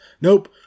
Nope